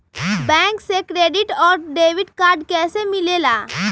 Bank से credit और debit card कैसी मिलेला?